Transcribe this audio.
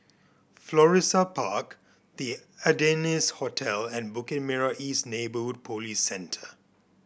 Florissa Park The Ardennes Hotel and Bukit Merah East Neighbourhood Police Centre